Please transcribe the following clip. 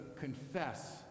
confess